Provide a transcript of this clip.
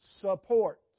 support